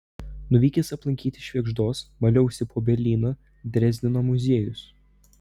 nuvykęs aplankyti švėgždos maliausi po berlyno drezdeno muziejus